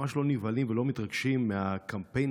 ממש לא נבהלים ולא מתרגשים מהקמפיין